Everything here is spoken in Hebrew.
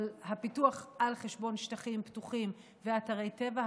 אבל הפיתוח על חשבון שטחים פתוחים ואתרי טבע,